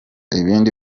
ibindi